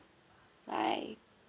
bye